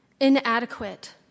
Inadequate